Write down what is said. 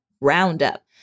Roundup